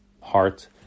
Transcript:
heart